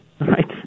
Right